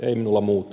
ei minulla muuta